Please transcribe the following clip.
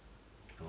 oh